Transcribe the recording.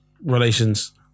relations